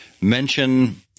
mention